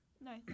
No